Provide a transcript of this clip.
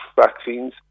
vaccines